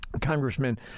Congressman